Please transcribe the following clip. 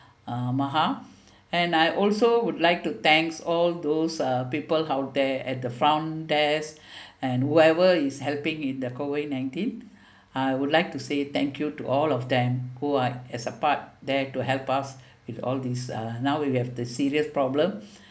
uh maha and I also would like to thanks all those uh people out there at the front desk and whoever is helping in the COVID nineteen I would like to say thank you to all of them who are as a part there to help us with all these uh now we have the serious problem